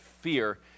fear